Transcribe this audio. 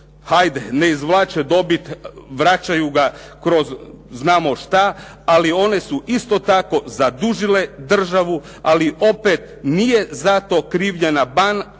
hajde, ne izvlače dobit, vračaju ga kroz znamo šta, ali one su isto tako zadužile državu ali opet nije za to krivnja na